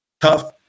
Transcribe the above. tough